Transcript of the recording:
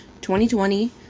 2020